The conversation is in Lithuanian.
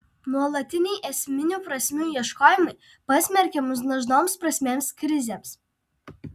nuolatiniai esminių prasmių ieškojimai pasmerkia mus dažnoms prasmės krizėms